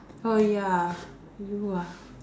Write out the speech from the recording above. oh ya you ah